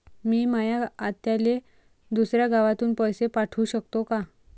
मी माया आत्याले दुसऱ्या गावातून पैसे पाठू शकतो का?